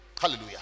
Hallelujah